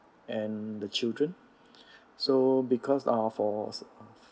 and the children so because uh for